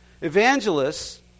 Evangelists